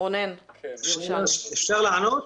אפשר לענות?